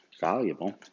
valuable